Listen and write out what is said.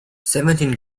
seventeen